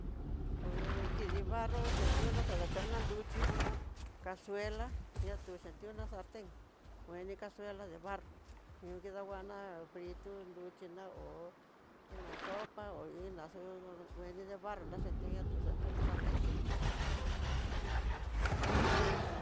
kidi barro xhentiona xadachona, nruxhi casuela dixhuxentiuna salten, kueni casuela de barro, ihó kidanguana nruchí o una sopa ho ina su ngueni de barro nraxhetió naxatuna saltén.